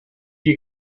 you